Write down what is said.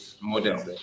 Model